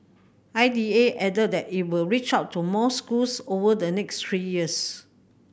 I D A added that it will reach out to more schools over the next three years